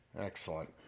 Excellent